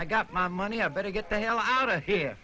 i got my money i better get the hell out of here